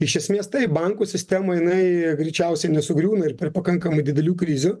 iš esmės taip bankų sistemoj jinai greičiausiai nesugriūna ir per pakankamai didelių krizių